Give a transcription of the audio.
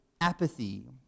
apathy